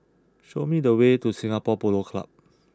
show me the way to Singapore Polo Club